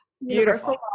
Universal